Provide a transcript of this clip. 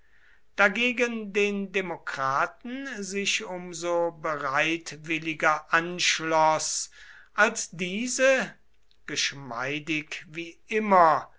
dagegen den demokraten sich um so bereitwilliger anschloß als diese geschmeidig wie immer